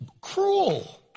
cruel